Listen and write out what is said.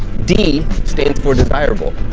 d stands for desirable,